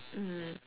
mm